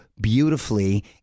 beautifully